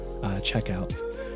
checkout